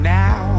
now